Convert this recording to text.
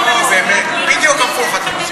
הכול הפוך.